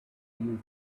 you